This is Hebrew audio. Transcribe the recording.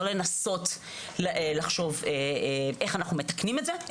לא לנסות לחשוב איך אנחנו מתקנים את זה,